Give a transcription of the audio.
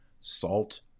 Salt